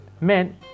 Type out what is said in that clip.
men